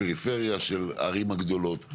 הפריפריות של הערים הגדולות,